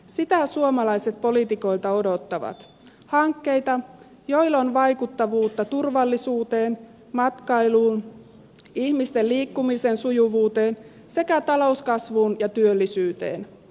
sitä suomalaiset poliitikoilta odottavat hankkeita joilla on vaikuttavuutta turvallisuuteen matkailuun ihmisten liikkumisen sujuvuuteen sekä talouskasvuun ja työllisyyteen